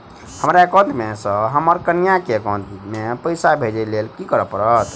हमरा एकाउंट मे सऽ हम्मर कनिया केँ एकाउंट मै पाई भेजइ लेल की करऽ पड़त?